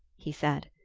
he said.